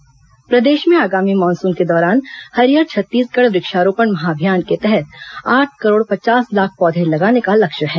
हरियर छत्तीसगढ़ अभियान प्रदेश में आगामी मानसून के दौरान हरियर छत्तीसगढ़ वृक्षारोपण महाअभियान के तहत आठ करोड़ पचास लाख पौधे लगाने का लक्ष्य है